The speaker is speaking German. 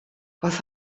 was